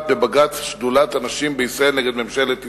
בבג"ץ שדולת הנשים בישראל נגד ממשלת ישראל: